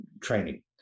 training